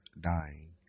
dying